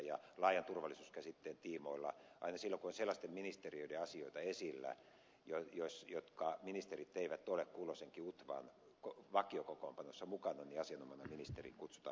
laajan turvallisuuskäsitteen tiimoilla aina silloin kun on sellaisten ministeriöiden asioita esillä joiden ministerit eivät ole kulloisenkin utvan vakiokokoonpanossa mukana asianomainen ministeri kutsutaan myös paikalle